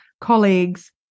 colleagues